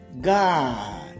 God